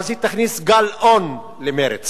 אז היא תכניס גל-און למרצ.